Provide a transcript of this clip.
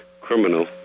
criminal